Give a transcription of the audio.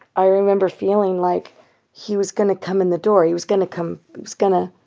i remember feeling like he was going to come in the door. he was going to come he was going to